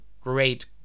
great